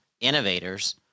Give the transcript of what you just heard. innovators